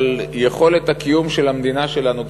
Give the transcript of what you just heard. אבל יכולת הקיום של המדינה שלנו,